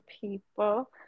people